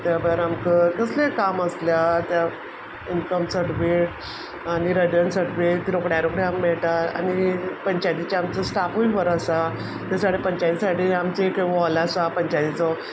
ते भायर आमकां कसलें काम आसल्यार त्या इनकम सर्टिफिकेट आनी रेसिडंस सर्टिफिकेट रोखड्या रोखडें आमकां मेळटा आनी पंचायतीचें आमचो स्टाफूय बरो आसा पंचायती सायडीन आमचें एक हॉल आसा पंचायतीचो